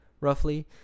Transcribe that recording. roughly